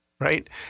Right